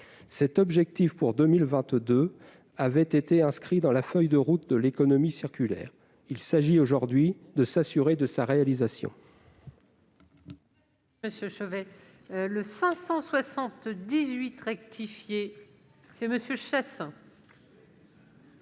Cet objectif pour 2022 a été inscrit dans la feuille de route pour une économie circulaire. Il s'agit aujourd'hui de s'assurer de sa réalisation.